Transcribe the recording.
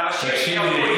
תקשיב לי,